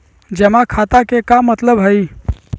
जमा खाता के का मतलब हई?